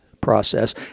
process